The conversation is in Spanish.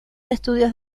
estudios